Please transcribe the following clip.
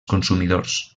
consumidors